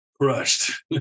Crushed